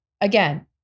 again